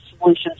solutions